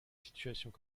situations